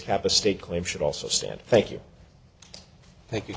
a state claim should also stand thank you thank you